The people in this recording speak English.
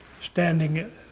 standing